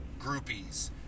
groupies